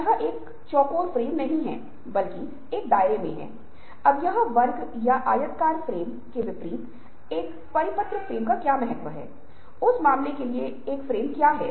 ये व्यक्तित्व विकार हैं गहन विचारकों को उलझन है